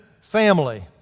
family